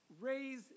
raise